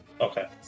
Okay